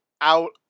out